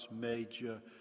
major